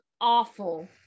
awful